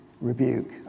Rebuke